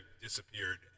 disappeared